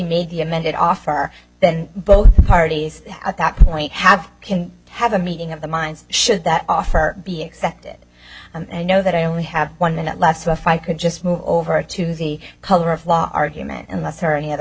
the amended offer then both parties at that point have can have a meeting of the minds should that offer be accepted and i know that i only have one minute left so if i could just move over to the color of law argument in the tourney other